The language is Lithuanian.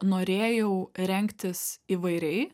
norėjau rengtis įvairiai